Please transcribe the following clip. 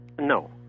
No